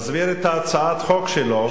את הצעת החוק שלו,